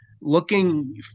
looking